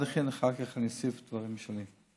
הכין ואחר כך אני אוסיף דברים שלי.